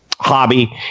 Hobby